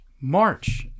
March